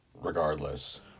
regardless